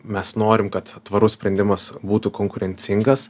mes norim kad tvarus sprendimas būtų konkurencingas